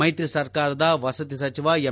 ಮೈತ್ರಿ ಸರ್ಕಾರದ ವಸತಿ ಸಚಿವ ಎಂ